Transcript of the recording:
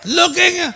looking